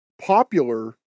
popular